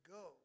go